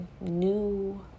new